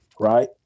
Right